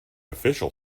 official